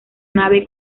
nave